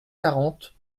quarante